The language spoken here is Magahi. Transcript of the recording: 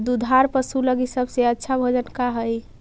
दुधार पशु लगीं सबसे अच्छा भोजन का हई?